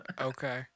Okay